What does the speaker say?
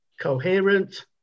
coherent